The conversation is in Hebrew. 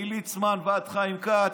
מליצמן ועד חיים כץ,